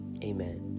amen